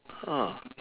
ha